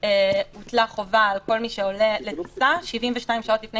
הוטלה חובת בדיקה על כל מי שעולה לטיסה 72 שעות לפני